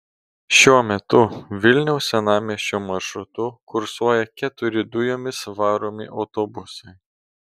šiuo metu vilniaus senamiesčio maršrutu kursuoja keturi dujomis varomi autobusai